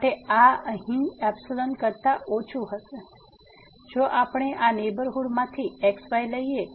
તેથી આ અહીં ϵ કરતા ઓછું હશે ϵ કરતા ઓછું હશે જો આપણે આ નેહબરહુડ માંથી x y લઈએ